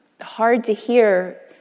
hard-to-hear